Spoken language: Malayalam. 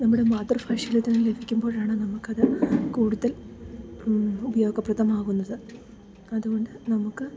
നമ്മുടെ മാതൃഭാഷയിൽ തന്നെ ലഭിക്കിമ്പോഴാണ് നമുക്ക് അത് കൂടുതൽ ഉപയോഗപ്രദമാവുന്നത് അതുകൊണ്ട് നമുക്ക്